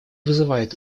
вызывает